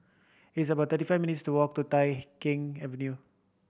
it's about thirty five minutes' to walk to Tai Keng Avenue